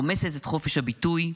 רומסת את חופש הביטוי.